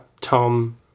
Tom